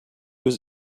was